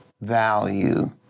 value